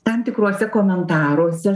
tam tikruose komentaruose